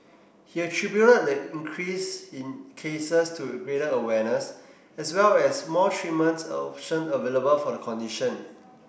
he attributed the increase in cases to greater awareness as well as more treatment option available for the condition